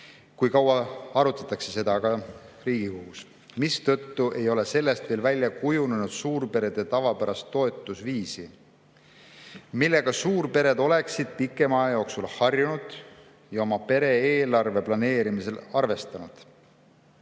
kui kaua arutatakse seda Riigikogus –, mistõttu ei ole sellest veel välja kujunenud tavapärast suurperede toetamise viisi, millega suurpered oleksid pikema aja jooksul harjunud ja oma pere eelarve planeerimisel arvestanud.